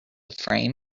frame